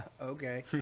Okay